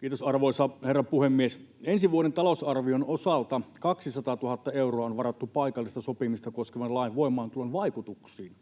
Kiitos, arvoisa herra puhemies! Ensi vuoden talousarvion osalta 200 000 euroa on varattu paikallista sopimista koskevan lain voimaantulon vaikutuksiin.